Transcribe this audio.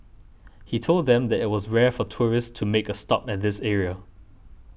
he told them that it was rare for tourists to make a stop at this area